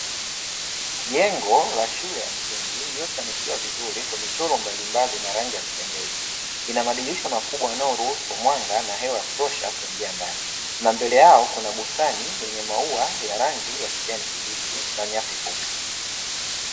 Jengo la shule ya msingi lililosanifiwa vizuri kwa michoro mbalimbali na rangi ya kupendeza, ina madirisha makubwa yanayo ruhusu mwanga na hewa ya kutosha kuingia ndani na mbele yao kuna bustani yenye maua ya rangi ya kijani kibichi na nyasi fupi.